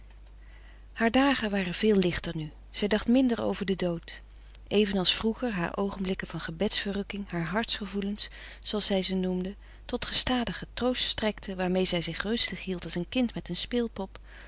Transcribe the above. haar dagen waren veel lichter nu zij dacht minder over den dood even als vroeger haar oogenblikken van gebeds verrukking haar harts gevoelens zooals zij ze noemde tot gestadige troost strekten waarmee zij zich rustig hield als een kind met een speel pop